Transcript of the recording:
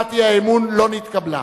הצעת אי-האמון לא נתקבלה.